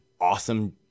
awesome